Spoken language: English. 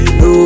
no